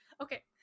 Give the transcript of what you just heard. okay